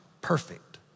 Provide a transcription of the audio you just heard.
perfect